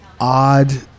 odd